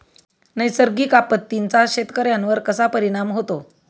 नैसर्गिक आपत्तींचा शेतकऱ्यांवर कसा परिणाम होतो?